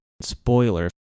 spoiler